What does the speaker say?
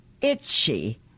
Itchy